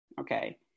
Okay